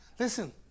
Listen